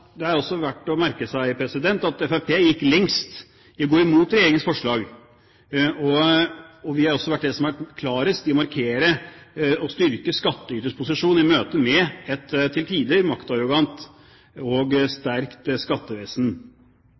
Det er også verdt å merke seg at Fremskrittspartiet gikk lengst i å gå imot regjeringens forslag. Vi har også vært de som har vært klarest i å markere og styrke skattyters posisjon i møte med et til tider maktarrogant og sterkt skattevesen.